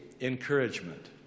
encouragement